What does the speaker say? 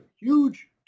huge